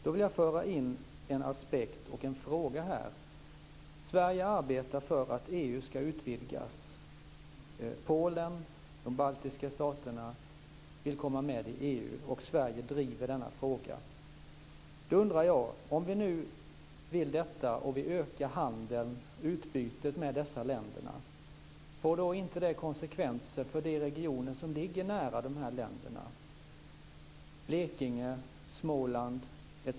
Då vill jag föra in en aspekt och en fråga här. Sverige arbetar för att EU ska utvidgas. Polen och de baltiska staterna vill komma med i EU och Sverige driver denna fråga. Då undrar jag. Om vi nu vill detta och ökar handeln och utbytet med dessa länder, får det inte konsekvenser för de regioner som ligger nära de här länderna - Blekinge, Småland etc.